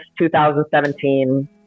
2017